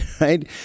right